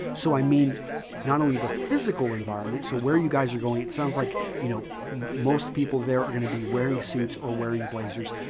so i mean not only the physical environment, so where you guys are going. it sounds like you know most people there are going to be wearing suits or wearing blazers,